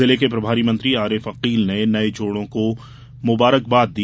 जिले के प्रभारी मंत्री आरिफ अकील ने नए जोड़ों को मुबारकबाद दी